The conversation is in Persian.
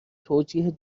توجیه